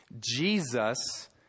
Jesus